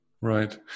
right